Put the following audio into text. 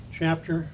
chapter